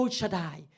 Shaddai